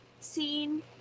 scene